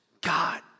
God